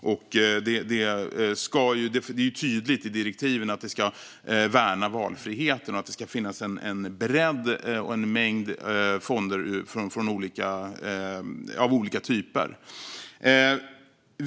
Det är tydligt i direktiven att valfriheten ska värnas och att det ska finnas en bredd och en mängd fonder av olika typer.